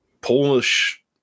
Polish